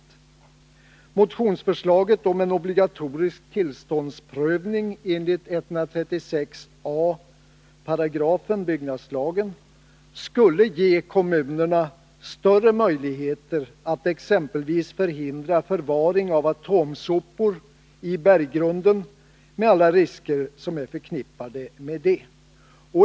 Ett bifall till motionsförslaget om en obligatorisk tillståndsprövning enligt 136 a § byggnadslagen skulle ge kommunerna större möjligheter att exempelvis förhindra förvaring av atomsopor i berggrunden med alla risker som är förknippade med detta.